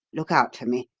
look out for me.